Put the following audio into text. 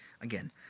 again